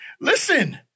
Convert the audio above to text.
listen